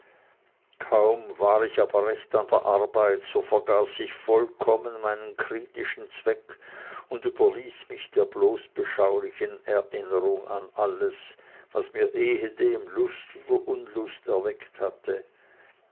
kaum war ich aber recht an der arbeit so vergaß ich vollkommen meinen kritischen zweck und überließ mich der bloß beschaulichen erinnerung an alles was mir ehedem lust oder unlust erweckt hatte